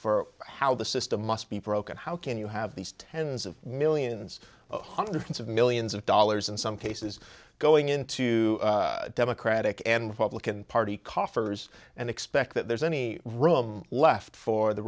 for how the system must be broken how can you have these tens of millions hundreds of millions of dollars in some cases going into democratic and republican party coffers and expect that there's any room left for the